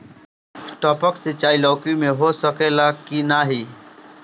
टपक सिंचाई लौकी में हो सकेला की नाही?